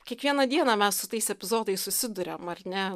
kiekvieną dieną mes su tais epizodais susiduriam ar ne